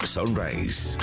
Sunrise